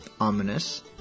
ominous